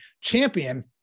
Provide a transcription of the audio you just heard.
champion